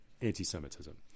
anti-Semitism